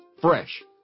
Fresh